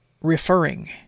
referring